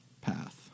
path